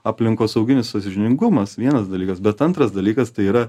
aplinkosauginis sąžiningumas vienas dalykas bet antras dalykas tai yra